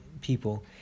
people